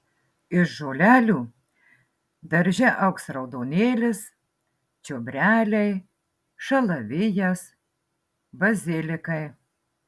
iš žolelių darže augs raudonėlis čiobreliai šalavijas bazilikai